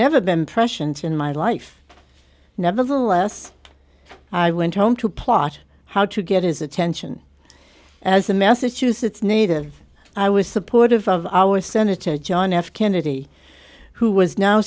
into in my life nevertheless i went home to plot how to get his attention as a massachusetts native i was supportive of our senator john f kennedy who was now